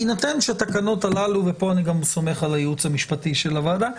בהינתן שהתקנות הללו ופה אני סומך גם על הייעוץ המשפטי של הוועדה,